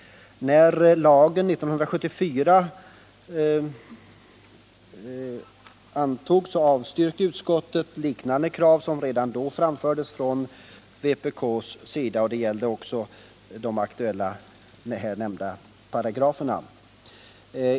När lagen antogs 1974 avstyrkte utskottet liknande krav, som redan då framfördes från vpk:s sida. Det gällde de nu aktuella paragraferna.